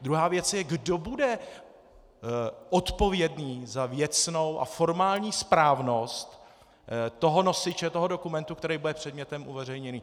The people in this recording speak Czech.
Druhá věc je kdo bude odpovědný za věcnou a formální správnost nosiče toho dokumentu, který bude předmětem uveřejnění?